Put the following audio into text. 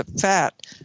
fat